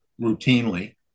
routinely